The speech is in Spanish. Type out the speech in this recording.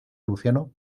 luciano